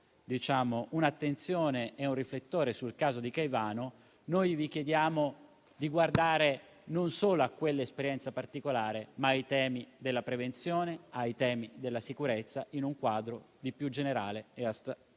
un'attenzione e acceso un riflettore sul caso di Caivano, che noi vi chiediamo di guardare non solo a quella esperienza particolare, ma ai temi della prevenzione e della sicurezza, in un quadro di maggiore generalità e astrattezza,